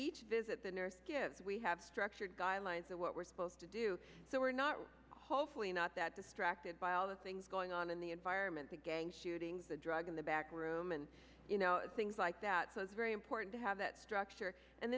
each visit the nurse gives we have structured guidelines of what we're supposed to do so we're not hopefully not that distracted by other things going on in the environment the gang shootings the drug in the back room and things like that so it's very important to have that structure and